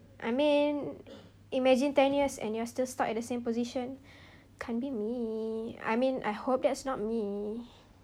I mean imagine ten years and you're still stuck in the same position can't be me I mean I hope that's not me